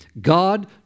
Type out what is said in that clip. God